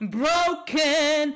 broken